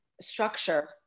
structure